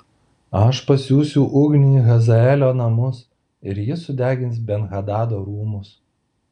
aš pasiųsiu ugnį į hazaelio namus ir ji sudegins ben hadado rūmus